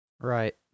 right